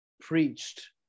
preached